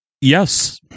yes